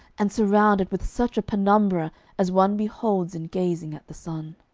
and surrounded with such a penumbra as one beholds in gazing at the sun.